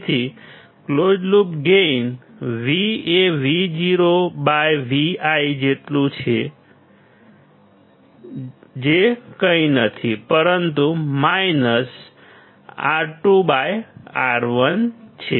તેથી close loop gain V એ Vo Vi જેટલું છે જે કંઈ નથી પરંતુ માઇનસ R2 R1 છે